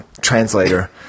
translator